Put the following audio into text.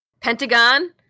Pentagon